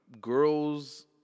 girls